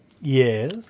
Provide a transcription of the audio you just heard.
Yes